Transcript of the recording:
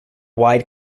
wide